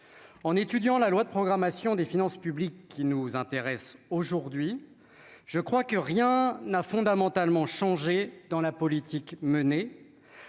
en étudiant la loi de programmation des finances publiques qui nous intéresse aujourd'hui, je crois que rien n'a fondamentalement changé dans la politique menée,